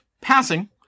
passing